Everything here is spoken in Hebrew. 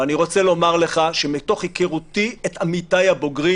-- ואני רוצה לומר לך שמתוך היכרותי את עמיתיי הבוגרים